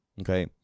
Okay